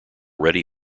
ready